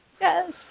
Yes